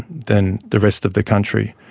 than the rest of the country.